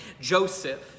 Joseph